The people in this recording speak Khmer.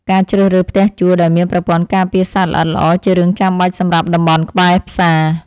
ការជ្រើសរើសផ្ទះជួលដែលមានប្រព័ន្ធការពារសត្វល្អិតល្អជារឿងចាំបាច់សម្រាប់តំបន់ក្បែរផ្សារ។